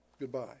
Goodbye